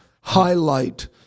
highlight